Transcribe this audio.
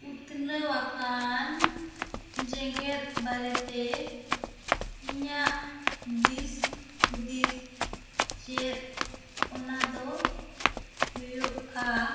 ᱩᱛᱱᱟ ᱣ ᱟᱠᱟᱱ ᱡᱮᱜᱮᱛ ᱵᱟᱨᱮ ᱛᱮ ᱤᱧᱟ ᱜ ᱫᱤᱥ ᱦᱩᱫᱤᱥ ᱪᱮᱫ ᱚᱱᱟ ᱫᱚ ᱦᱩᱭᱩᱜᱼᱟ